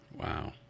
Wow